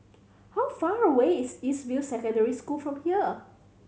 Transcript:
how far away is East View Secondary School from here